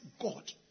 God